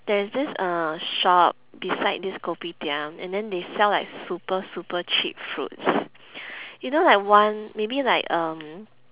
there is this uh shop beside this kopitiam and then they sell like super super cheap fruits you know like one maybe like um